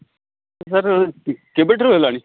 sir କେବେଠାରୁ ହେଲାଣି